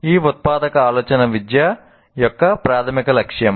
ఈ ఉత్పాదక ఆలోచన విద్య యొక్క ప్రాధమిక ఉద్దేశ్యం